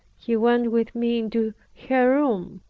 he went with me into her room.